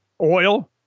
oil